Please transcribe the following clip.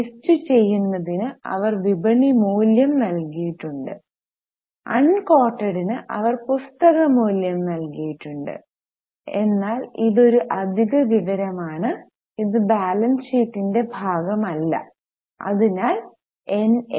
ലിസ്റ്റുചെയ്തതിന് അവർ വിപണി മൂല്യം നൽകിയിട്ടുണ്ട് അൺകോട്ടഡ്ന് അവർ പുസ്തക മൂല്യം നൽകിയിട്ടുണ്ട് എന്നാൽ ഇത് ഒരു അധിക വിവരമാണ് ഇത് ബാലൻസ് ഷീറ്റിന്റെ ഭാഗമല്ല അതിനാൽ എൻഎ